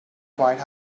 quite